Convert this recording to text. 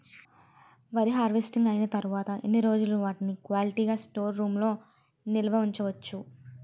వరి హార్వెస్టింగ్ అయినా తరువత ఎన్ని రోజులు వాటిని క్వాలిటీ గ స్టోర్ రూమ్ లొ నిల్వ ఉంచ వచ్చు?